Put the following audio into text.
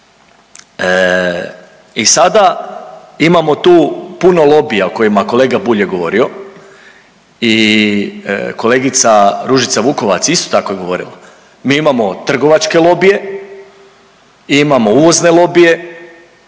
I sada imamo tu puno lobija o kojima kolega Bulj je govorio i kolegica Ružica Vukovac isto tako je govorila, mi imamo trgovačke lobije, imamo uvozne lobije,